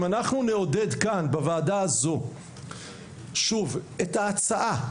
אם אנחנו נעודד כאן בוועדה הזאת את ההצעה,